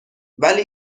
ولی